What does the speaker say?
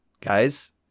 guys